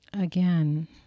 Again